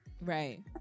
Right